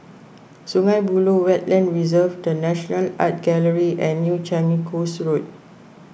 Sungei Buloh Wetland Reserve the National Art Gallery and New Changi Coast Road